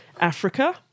Africa